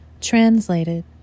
translated